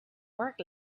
work